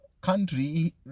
Country